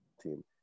team